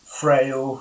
frail